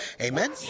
amen